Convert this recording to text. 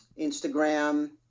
Instagram